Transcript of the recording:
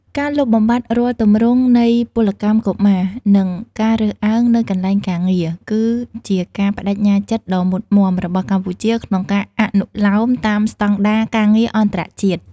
ការលុបបំបាត់រាល់ទម្រង់នៃពលកម្មកុមារ និងការរើសអើងនៅកន្លែងការងារ គឺជាការប្ដេជ្ញាចិត្តដ៏មុតមាំរបស់កម្ពុជាក្នុងការអនុលោមតាមស្ដង់ដារការងារអន្តរជាតិ ។